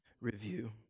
review